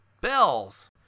bells